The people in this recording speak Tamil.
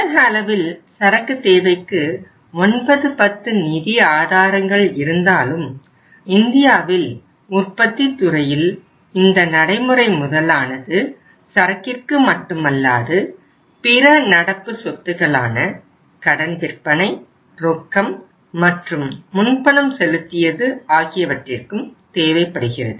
உலகளவில் சரக்கு தேவைக்கு 9 10 நிதி ஆதாரங்கள் இருந்தாலும் இந்தியாவில் உற்பத்தி துறையில் இந்த நடைமுறை முதலானது சரக்கிற்கு மட்டுமல்லாது பிற நடப்பு சொத்துகளான கடன் விற்பனை ரொக்கம் மற்றும் முன்பணம் செலுத்தியது ஆகியவற்றிற்கும் தேவைப்படுகிறது